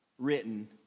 Written